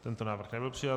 Tento návrh nebyl přijat.